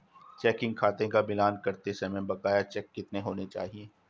Checking खाते का मिलान करते समय बकाया चेक कितने होने चाहिए?